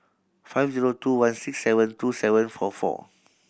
five zero two one six seven two seven four four